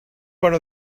under